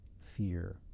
fear